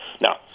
No